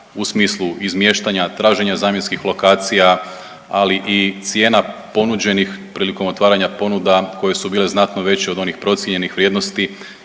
u smislu izmještanja, traženja zamjenskih lokacija, ali i cijena ponuđenih prilikom otvaranja ponuda koje su bile znatno veće od onih procijenjenih vrijednosti